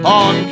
on